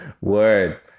Word